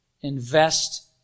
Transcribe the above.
invest